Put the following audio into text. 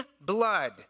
blood